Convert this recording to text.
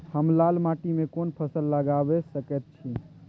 हम लाल माटी में कोन फसल लगाबै सकेत छी?